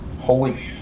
Holy